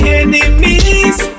enemies